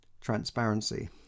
transparency